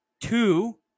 two